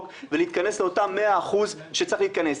ולהתכנס לאותם מאה אחוז שצריך להתכנס.